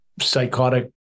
psychotic